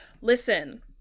Listen